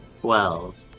twelve